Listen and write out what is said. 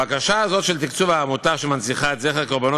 הבקשה הזאת של תקצוב העמותה שמנציחה את זכר קורבנות